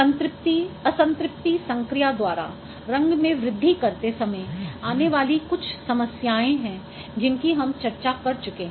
संतृप्ति अ संतृप्ति संक्रिया द्वारा रंग में वृद्धि करते समय आने वाली यह कुछ समस्याएं हैं जिनकी हम चर्चा कर चुके हैं